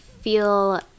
feel